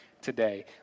today